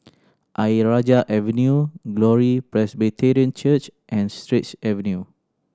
Ayer Rajah Avenue Glory Presbyterian Church and Straits Avenue